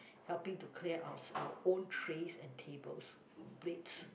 helping to clear out our own trays and tables plates